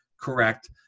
correct